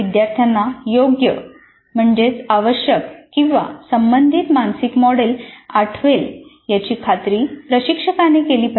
विद्यार्थ्यांना योग्य आवश्यक संबंधित मानसिक मॉडेल आठवेल याची खात्री प्रशिक्षकाने केली पाहिजे